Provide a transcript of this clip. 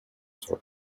sort